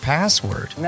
Password